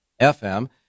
FM